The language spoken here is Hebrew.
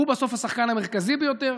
היא בסוף השחקן המרכזי ביותר,